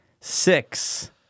Six